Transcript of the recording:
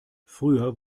früher